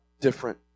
different